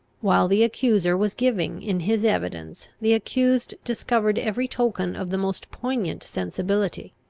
while the accuser was giving in his evidence, the accused discovered every token of the most poignant sensibility.